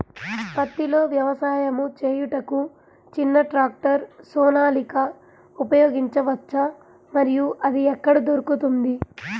పత్తిలో వ్యవసాయము చేయుటకు చిన్న ట్రాక్టర్ సోనాలిక ఉపయోగించవచ్చా మరియు అది ఎక్కడ దొరుకుతుంది?